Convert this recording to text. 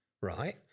right